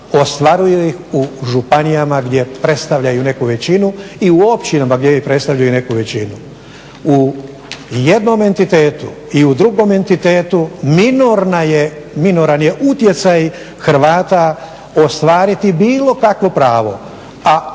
ostvaruju ih u županijama gdje predstavljaju neku većinu i u općinama gdje predstavljaju neku većinu. U jednom entitetu i u drugom entitetu minoran je utjecaj Hrvata ostvariti bilo kakvo pravo,